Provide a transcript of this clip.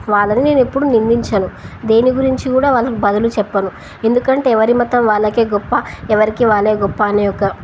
వాళ్ళని నేను ఎప్పుడూ నిందించను దేని గురించి కూడా వాళ్ళకు బదులు చెప్పాను ఎందుకంటే ఎవరి మతం వాళ్ళకే గొప్ప ఎవరికి వాళ్ళే గొప్ప అనే ఒక